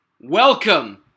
Welcome